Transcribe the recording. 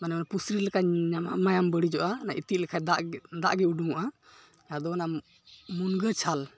ᱢᱟᱱᱮ ᱚᱱᱮ ᱯᱩᱥᱨᱤ ᱞᱮᱠᱟ ᱧᱟᱧᱟᱢᱟ ᱢᱟᱭᱟᱢ ᱵᱟᱹᱲᱤᱡᱚᱜᱼᱟ ᱚᱱᱟ ᱤᱛᱤᱡ ᱞᱮᱠᱷᱟᱱ ᱫᱟᱜ ᱜᱮ ᱫᱟᱜ ᱜᱮ ᱩᱰᱩᱝᱚᱜᱼᱟ ᱟᱫᱚ ᱚᱱᱟ ᱢᱩᱱᱜᱟᱹ ᱪᱷᱟᱞ